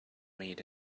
made